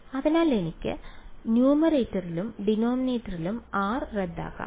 അതിനാൽ എനിക്ക് ന്യൂമറേറ്ററിലും ഡിനോമിനേറ്ററിലും r റദ്ദാക്കാം